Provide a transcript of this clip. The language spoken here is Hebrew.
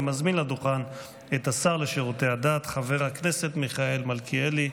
אני מזמין לדוכן את השר לשירותי הדת חבר הכנסת מיכאל מלכיאלי.